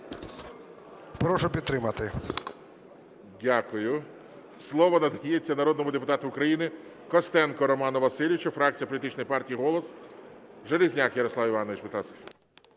Прошу підтримати. ГОЛОВУЮЧИЙ. Дякую. Слово надається народному депутату України Костенку Роману Васильовичу, фракція політичної партії "Голос". Железняк Ярослав Іванович,